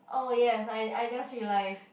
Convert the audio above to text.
oh yes I I just realise